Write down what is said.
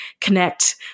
connect